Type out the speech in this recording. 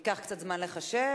ייקח קצת זמן לחשב.